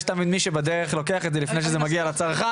יש תמיד מי שבדך לוקח את זה לפני שזה מגיע לצרכן,